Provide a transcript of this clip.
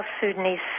Sudanese